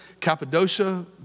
Cappadocia